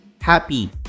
happy